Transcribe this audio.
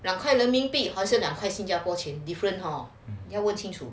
两块人民币还是两块新加坡钱币 got different hor 要问清楚